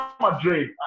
Madrid